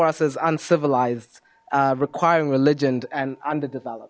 us as uncivilized requiring religion and underdeveloped